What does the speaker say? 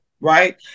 right